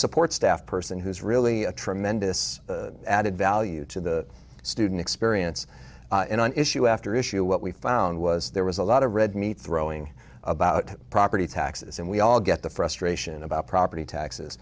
support staff person who is really a tremendous added value to the student experience and on issue after issue what we found was there was a lot of red meat throwing about property taxes and we all get the frustration about property taxes